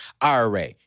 IRA